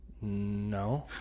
No